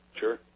Sure